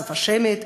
שפה שמית,